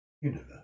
universe